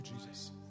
Jesus